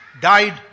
died